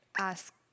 ask